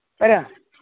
ꯀꯔꯤ